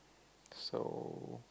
so